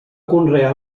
conrear